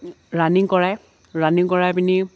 running কৰায় running কৰাই পিনি